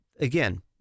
again